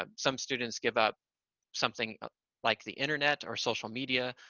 ah some students give up something like the internet or social media,